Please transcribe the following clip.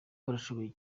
barashoboye